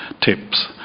tips